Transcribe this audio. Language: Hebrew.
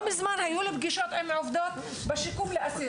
לא מזמן היו לי פגישות עם עובדות בשיקום לאסיר